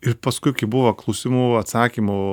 ir paskui kai buvo klausimų atsakymų